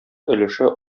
өлеше